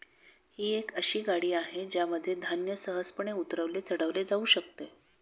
ही एक अशी गाडी आहे ज्यामध्ये धान्य सहजपणे उतरवले चढवले जाऊ शकते